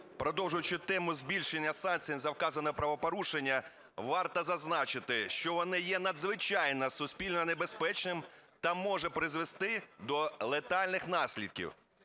Продовжуючи тему збільшення санкцій за вказане правопорушення, варто зазначити, що воно є надзвичайно суспільно небезпечним та може призвести до летальних наслідків.